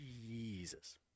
Jesus